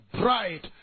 bright